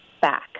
back